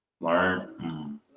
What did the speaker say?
learn